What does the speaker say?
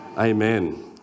Amen